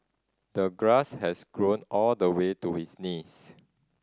the grass has grown all the way to his knees